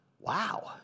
Wow